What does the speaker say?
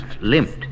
Limped